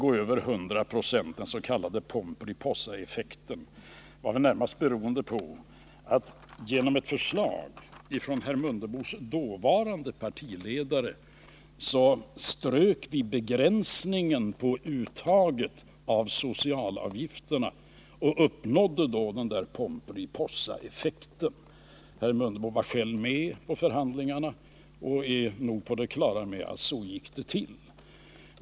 På förslag av herr Mundebos dåvarande partiledare strök vi begränsningen i uttaget av socialavgifter och fick den effekten att beskattningen i något specifikt fall översteg 100 96, den s.k. Pomperipossaeffekten.